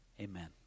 Amen